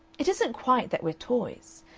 it isn't quite that we're toys.